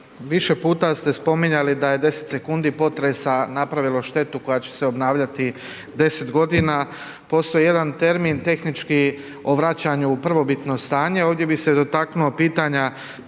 više puta ste spominjali da je 10 sekundi potresa napravilo štetu koja će se obnavljati 10 godina. Postoji jedan termin, tehnički o vraćanju u prvobitno stanje, ovdje bih se dotaknuo pitanja